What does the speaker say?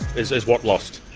is is what lost?